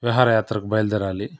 విహారయాత్రకు బయలుదేరాలి